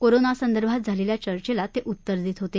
corona संदर्भात झालेल्या चर्चेला ते उत्तर देत होते